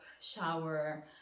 shower